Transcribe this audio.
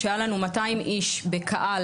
אני חושבת שמאמנות זה דמויות לחיקוי בסופו של